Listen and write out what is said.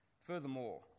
Furthermore